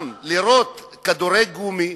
גם לירות כדורי גומי,